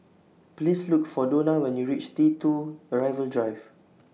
Please Look For Dona when YOU REACH T two Arrival Drive